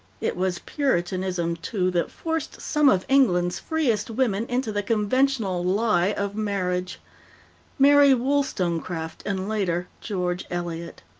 it was puritanism, too, that forced some of england's freest women into the conventional lie of marriage mary wollstonecraft and, later, george eliot.